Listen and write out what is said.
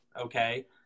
okay